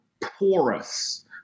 porous